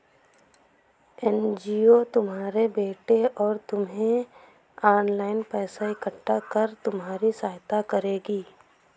NGO तुम्हारे बेटे और तुम्हें ऑनलाइन पैसा इकट्ठा कर तुम्हारी सहायता करेगी